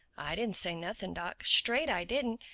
i didn't say nothing, doc, straight i didn't.